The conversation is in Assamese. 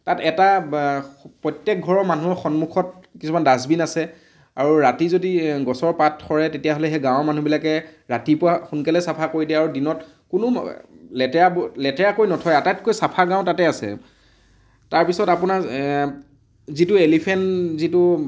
তাত এটা প্ৰত্যেক ঘৰৰ মানুহৰ সন্মুখত কিছুমান ডাষ্টবিন আছে আৰু ৰাতি যদি গছৰ পাত সৰে তেতিয়াহ'লে সেই গাঁৱৰ মানুহবিলাকে ৰাতিপুৱা সোনকালে চাফা কৰি দিয়ে আৰু দিনত কোনো লেতেৰা লেতেৰাকৈ নথয় আটাইতকৈ চাফা গাঁও তাতে আছে তাৰ পিছত আপোনাৰ যিটো এলিফেণ্ট যিটো